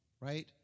right